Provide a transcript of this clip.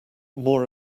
more